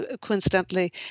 coincidentally